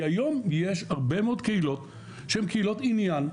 כי היום יש הרבה מאוד קהילות שהן קהילות עניין,